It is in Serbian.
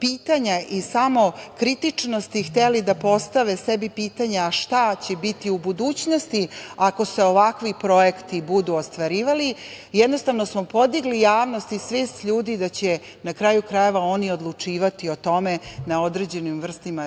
pitanja i samokritičnosti, hteli da postave sebi pitanja - a šta će biti u budućnosti ako se ovakvi projekti budu ostvarivali, jednostavno smo podigli javnost i svest ljudi da će, na kraju krajeva, oni odlučivati o tome na određenim vrstama referenduma,